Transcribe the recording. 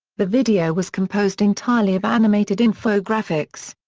the video was composed entirely of animated infographics.